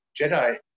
Jedi